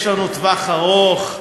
יש לנו טווח ארוך,